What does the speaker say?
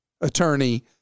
attorney